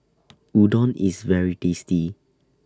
Udon IS very tasty